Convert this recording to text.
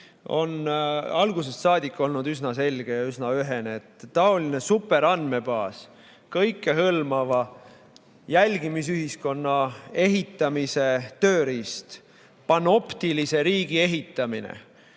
on algusest saadik olnud üsna selge ja üsna ühene, et taoline superandmebaas, kõikehõlmava jälgimisühiskonna ehitamise tööriist, panoptilise riigi ehitamine,